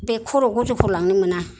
बे खर' गज'खौ लांनो मोना